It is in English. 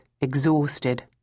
exhausted